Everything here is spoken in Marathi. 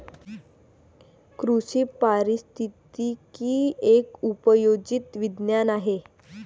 कृषी पारिस्थितिकी एक उपयोजित विज्ञान आहे